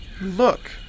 Look